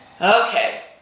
Okay